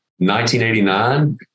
1989